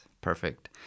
perfect